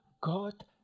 God